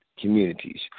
communities